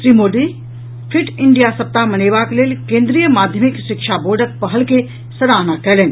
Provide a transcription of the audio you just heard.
Shri Modi fit India सप्ताह मनेबाक लेल केन्द्रीय माध्यमिक शिक्षा बोर्डक पहल के सराहना कयलनि